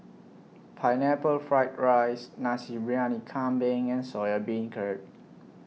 Pineapple Fried Rice Nasi Briyani Kambing and Soya Beancurd